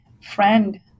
friend